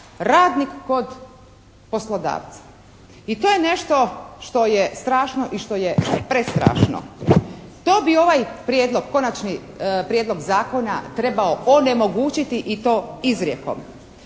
radnik kod poslodavca. I to je nešto što je strašno i što je prestrašno. To bi ovaj prijedlog, konačni prijedlog zakona trebao onemogućiti i to izrijekom.